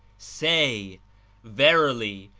say verily,